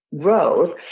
growth